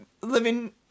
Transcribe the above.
living